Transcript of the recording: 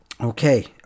Okay